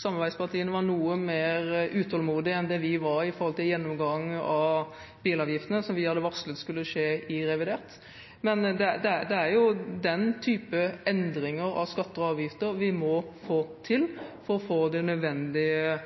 samarbeidspartiene var noe mer utålmodige enn det vi var når det gjelder gjennomgang av bilavgiftene, som vi hadde varslet skulle skje i revidert. Men det er jo den type endringer av skatter og avgifter vi må få til for å få det nødvendige